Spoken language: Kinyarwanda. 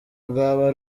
rwaba